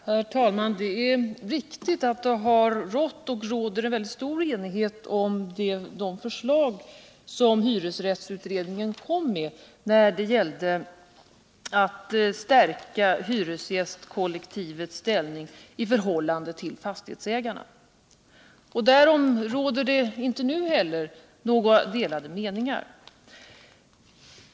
Herr talman! Det är riktigt att det har rått och råder mycket stor enighet om det förslag som hyresrättsutredningen kom med om att stärka hyresgästkollektivets ställning i förhållande till fastighetsägarna. Och därom råder inte heller nu några delade meningar.